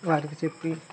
వారికి చెప్పి